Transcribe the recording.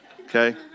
Okay